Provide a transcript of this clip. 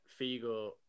Figo